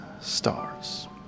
stars